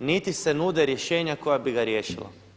niti se nude rješenja koja bi ga riješila.